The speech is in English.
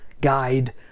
guide